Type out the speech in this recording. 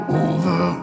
over